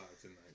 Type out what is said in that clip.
tonight